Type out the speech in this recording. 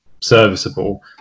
serviceable